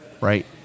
right